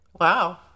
wow